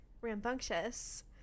rambunctious